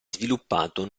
sviluppato